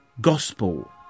gospel